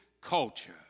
culture